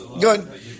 good